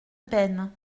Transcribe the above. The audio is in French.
peine